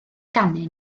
ganu